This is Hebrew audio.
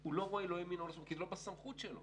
והוא לא רואה לא ימינה ולא שמאלה כי זה לא בסמכות שלו.